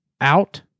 out